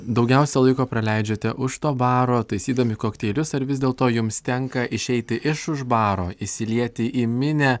daugiausia laiko praleidžiate už to baro taisydami kokteilius ar vis dėlto jums tenka išeiti iš už baro įsilieti į minią